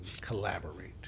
collaborate